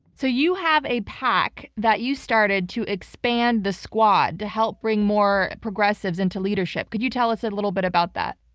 so you have a pac that you started to expand the squad to help bring more progressives into leadership. could you tell us a little bit about that?